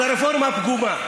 אז הרפורמה פגומה?